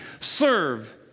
Serve